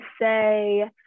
say